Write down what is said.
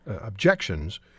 objections